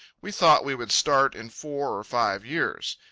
we thought we would start in four or five years.